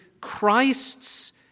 Christ's